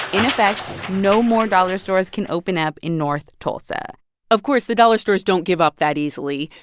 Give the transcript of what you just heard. in effect, no more dollar stores can open up in north tulsa of course, the dollar stores don't give up that easily.